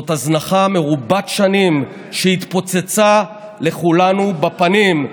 זאת הזנחה מרובת שנים שהתפוצצה לכולנו בפנים,